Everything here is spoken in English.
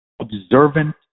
observant